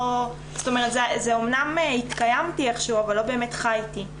זאת אומרת אמנם התקיימתי איך שהוא אבל לא באמת חייתי.